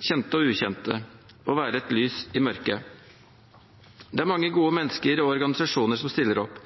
kjente og ukjente, og å være et lys i mørket. Det er mange gode mennesker og organisasjoner som stiller opp,